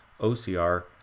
OCR